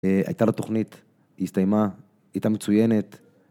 הייתה לה תוכנית, היא הסתיימה, היא הייתה מצוינת.